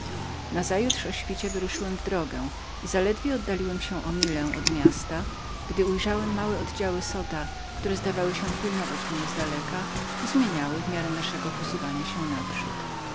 nazajutrz o świcie wyruszyłem w drogę i zaledwie oddaliłem się o milę od miasta gdy ujrzałem małe oddziały zota które zdawały się pilnować mnie z daleka i luzowały się